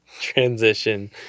transition